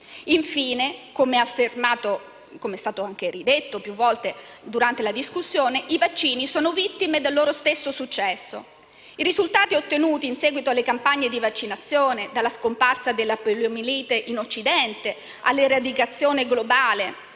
Infine, come è stato affermato e ripetuto più volte durante la discussione, i vaccini sono vittime del loro stesso successo. I risultati ottenuti in seguito alle campagne di vaccinazione, dalla scomparsa della poliomelite in Occidente all'eradicazione globale